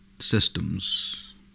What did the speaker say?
systems